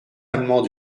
allemand